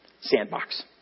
sandbox